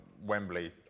Wembley